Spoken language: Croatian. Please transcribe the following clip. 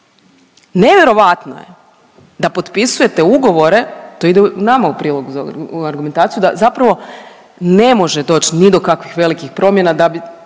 nevjerovatno je da potpisujete ugovore, to ide nama u prilog za, u argumentaciju da zapravo ne može doći ni do kakvih velikih promjena